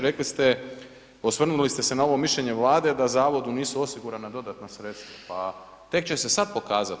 Rekli ste, osvrnuli ste se na ovo mišljenje Vlade da zavodu nisu osigurana dodatna sredstva, pa tek će se sad pokazat.